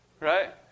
Right